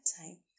time